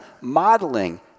modeling